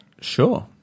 Sure